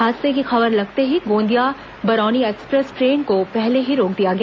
हादसे की खबर लगते ही गोंदिया बरौनी एक्सप्रेस ट्रेन को पहले ही रोक दिया गया